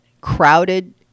crowded